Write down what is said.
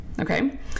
okay